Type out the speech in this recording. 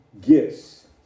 gifts